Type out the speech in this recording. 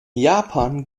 japan